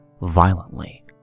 violently